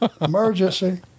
emergency